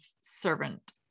servant